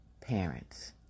parents